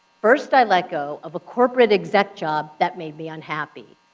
first, i let go of a corporate exec job that made me unhappy.